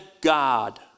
God